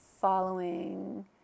following